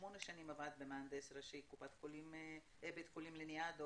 שמונה שנים עבד כמהנדס ראשי בבית חולים לניאדו,